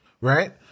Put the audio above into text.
Right